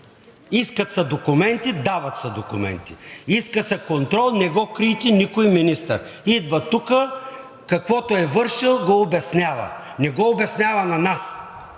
Искат се документи. Дават се документи. Иска се контрол – не крийте никой министър. Идва тук, каквото е вършил го обяснява. Не го обяснява на нас